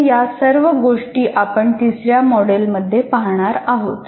तर या सर्व गोष्टी आपण तिसऱ्या मॉडेलमध्ये पाहणार आहोत